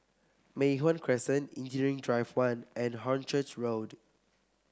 Mei Hwan Crescent Engineering Drive One and Hornchurch Road